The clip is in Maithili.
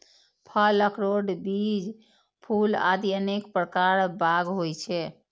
फल, अखरोट, बीज, फूल आदि अनेक प्रकार बाग होइ छै